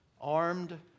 armed